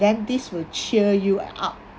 then this will cheer you up